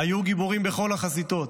היו גיבורים בכל החזיתות.